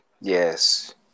Yes